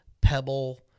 pebble